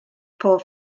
pob